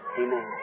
amen